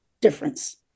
difference